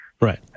Right